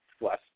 Less